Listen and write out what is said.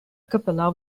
cappella